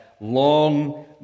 long